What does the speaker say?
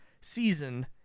season